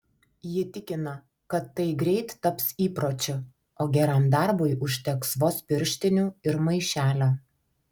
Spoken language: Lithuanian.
ji tikina kad tai greit taps įpročiu o geram darbui užteks vos pirštinių ir maišelio